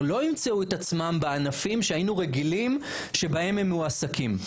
לא ימצאו את עצמם בענפים שהיינו רגילים שבהם הם מועסקים.